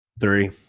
Three